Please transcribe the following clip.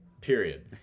Period